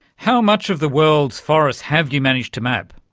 how much of the world's forests have you managed to map?